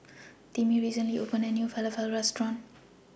Timmie recently opened A New Falafel Restaurant